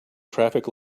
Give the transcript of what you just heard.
traffic